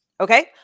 Okay